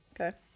Okay